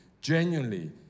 genuinely